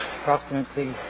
Approximately